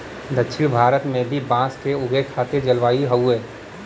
दक्षिण भारत में भी बांस के उगे खातिर जलवायु हउवे